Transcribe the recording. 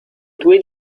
due